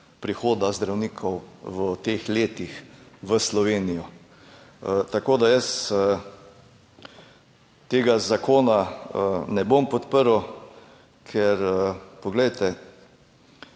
prihoda zdravnikov v teh letih v Slovenijo? Jaz tega zakona ne bom podprl, ker, poglejte,